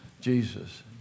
Jesus